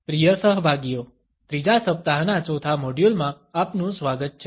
પ્રિય સહભાગીઓ ત્રીજા સપ્તાહના ચોથા મોડ્યુલ માં આપનું સ્વાગત છે